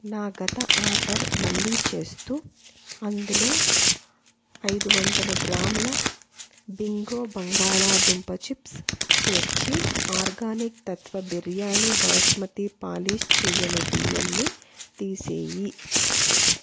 నా గత ఆర్డర్ మళ్ళీ చేస్తూ అందులో ఐదు వందల గ్రాముల బింగో బంగాళాదుంప చిప్స్ చేర్చి ఆర్గానిక్ తత్వ బిర్యానీ బాస్మతి పాలిష్ చెయ్యని బియ్యంని తీసేయి